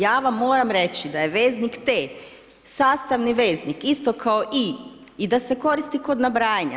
Ja vam moram reći da je veznik te sastavni veznik isto kao i i da se koristi kod nabrajanja.